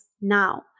now